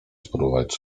spróbować